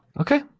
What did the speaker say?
Okay